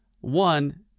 one